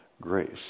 grace